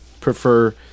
prefer